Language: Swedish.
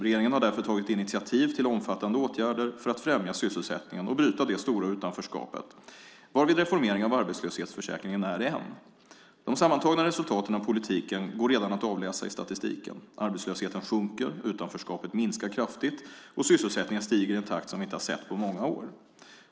Regeringen har därför tagit initiativ till omfattande åtgärder för att främja sysselsättningen och bryta det stora utanförskapet, varav reformering av arbetslöshetsförsäkringen är en. De sammantagna resultaten av politiken går redan att avläsa i statistiken. Arbetslösheten sjunker, utanförskapet minskar kraftigt och sysselsättningen stiger i en takt som vi inte har sett på många år.